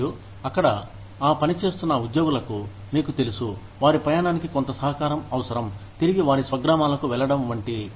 మరియు అక్కడ పనిచేస్తున్న ఉద్యోగులకు మీకు తెలుసు వారి ప్రయాణానికి కొంత సహకారం అవసరం తిరిగి వారి స్వగ్రామాలకు వెళ్ళడం వంటివి